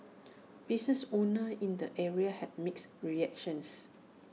business owners in the area had mixed reactions